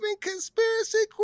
conspiracy